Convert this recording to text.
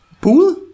Pool